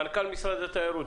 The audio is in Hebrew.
מנכ"ל משרד התיירות,